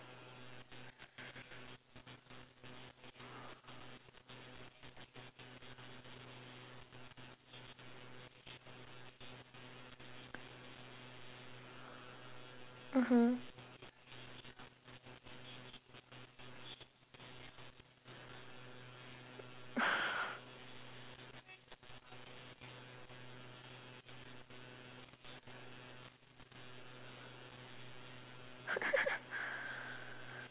mmhmm